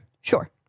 Sure